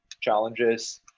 challenges